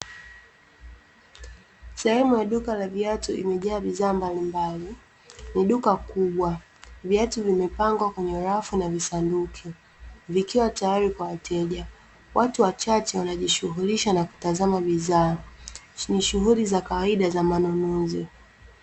Sehemu ya duka la viatu iliyojaa bidhaa mbalimbali. Ni duka kubwa, viatu vimepangwa kwenye rafu na visanduku vikiwa tayari kwa wateja. Watu wachache wanajishughulisha na kutazama bidhaa. Ni shughuli za kawaida za manunuzi.